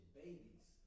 babies